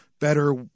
better